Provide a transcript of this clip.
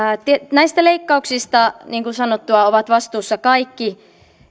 näistä leikkauksista niin kuin sanottua ovat vastuussa kaikki